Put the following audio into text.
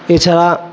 এছাড়া